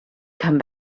come